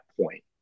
point